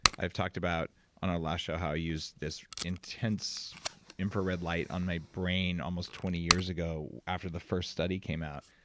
i've talked about on our last show how i used this intense infrared light on my brain almost twenty years ago after the first study came out,